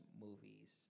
movies